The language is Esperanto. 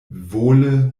vole